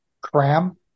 Cram